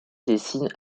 dessine